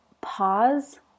pause